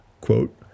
quote